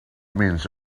means